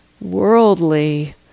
worldly